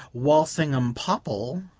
walsingham popple,